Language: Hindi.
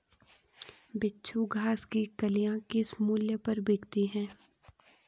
बिच्छू घास की कलियां किस मूल्य पर बिकती हैं?